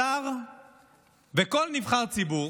שר וכל נבחר ציבור